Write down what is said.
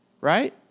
right